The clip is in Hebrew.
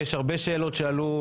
כי יש הרבה שאלות שעלו,